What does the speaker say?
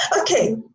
okay